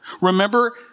Remember